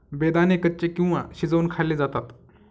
बेदाणे कच्चे किंवा शिजवुन खाल्ले जातात